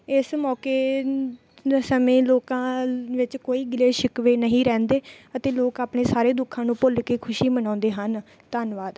ਇਸ ਮੌਕੇ ਲੋਕਾਂ ਵਿੱਚ ਕੋਈ ਗਿਲੇ ਸ਼ਿਕਵੇ ਨਹੀਂ ਰਹਿੰਦੇ ਅਤੇ ਲੋਕ ਆਪਣੇ ਸਾਰੇ ਦੁੱਖਾਂ ਨੂੰ ਭੁੱਲ ਕੇ ਖੁਸ਼ੀ ਮਨਾਉਂਦੇ ਹਨ ਧੰਨਵਾਦ